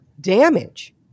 damage